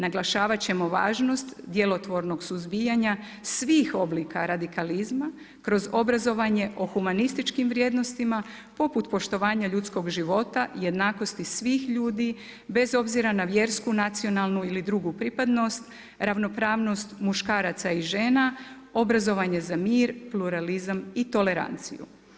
Naglašavat ćemo važnost djelotvornog suzbijanja svih oblika radikalizma kroz obrazovanje o humanističkim vrijednostima poput poštovanja ljudskog života, jednakosti svih ljudi bez obzira na vjersku, nacionalnu i drugu pripadnost, ravnopravnost muškaraca i žena, obrazovanje za mir, pluralizam i toleranciju.